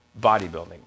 bodybuilding